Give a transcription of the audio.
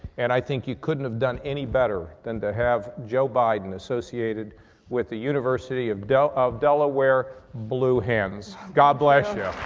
and i think you couldn't have done any better than to have joe biden associated with the university of, of delaware blue hens. god bless you.